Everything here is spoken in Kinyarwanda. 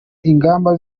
ingamba